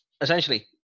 essentially